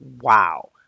Wow